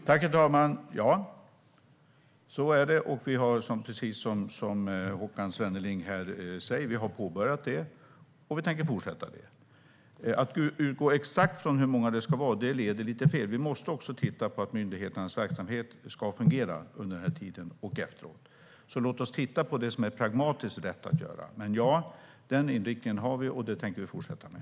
Herr talman! Ja, så är det. Som Håkan Svenneling säger har vi påbörjat det arbetet, och vi tänker fortsätta det. Att utgå från exakt hur många jobb det ska vara leder lite fel. Vi måste också titta på att myndigheternas verksamhet ska fungera under den här tiden och efteråt, så låt oss titta på det som är pragmatiskt rätt att göra. Men, ja, den inriktningen har vi, och det arbetet tänker vi fortsätta med.